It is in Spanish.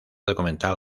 documental